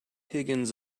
higgins